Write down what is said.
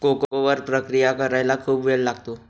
cocoa वर प्रक्रिया करायला खूप वेळ लागतो